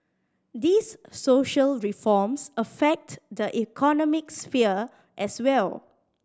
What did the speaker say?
these social reforms affect the economic sphere as well